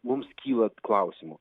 mums kyla klausimų